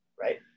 right